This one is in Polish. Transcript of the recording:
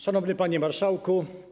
Szanowny Panie Marszałku!